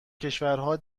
کشورهای